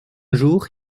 jour